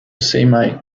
semi